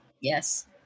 Yes